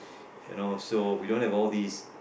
you know so we don't have all these